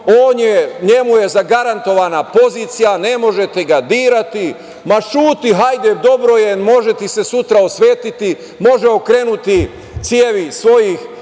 tužilac, njemu je zagarantovana pozicija, ne možete ga dirati, ma ćuti, hajde dobro je, može ti se sutra osvetiti, može okrenuti cevi svojih